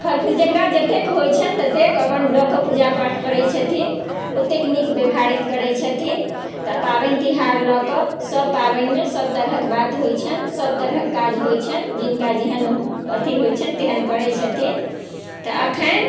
फल फूल जकरा जतेक होइ छन्हि ततेक अपन लअ कऽ पूजा पाठ करै छथिन ओतेक नीक व्यवहार करै छथिन तऽ पाबनि तिहार लअ कऽ सभ पाबनिमे सभ तरहक बात होइ छन्हि सभ तरहक काज होइ छन्हि जिनका जेहेन अथि होइ छन्हि तेहेन करै छथिन्ह तऽ एखन